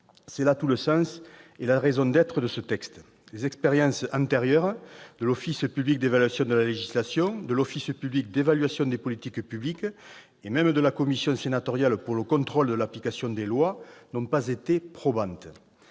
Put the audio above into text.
C'est là tout le sens et la raison d'être de ce texte. Les expériences antérieures de l'Office parlementaire d'évaluation de la législation, l'OPEL, de l'Office parlementaire d'évaluation des politiques publiques, l'OPEPP, et même de la commission sénatoriale pour le contrôle de l'application des lois n'ont pas été probantes.